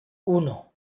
uno